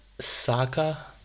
Saka